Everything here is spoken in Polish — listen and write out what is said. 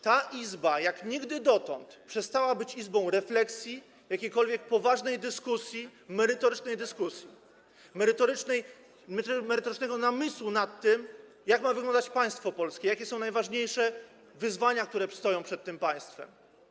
Ta Izba, jak nigdy dotąd, przestała być Izbą refleksji, jakiejkolwiek poważnej dyskusji, merytorycznej dyskusji, merytorycznego namysłu nad tym, jak ma wyglądać państwo polskie, jakie są najważniejsze wyzwania, które stoją przed tym państwem.